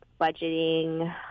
budgeting